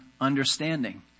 understanding